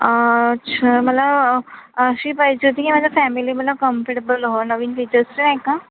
आच्छ मला अशी पाहिजे होती की माझ्या फॅमिलीला कम्फटेबल हवं नवीन फीचर्सचे आहे का